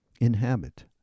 inhabit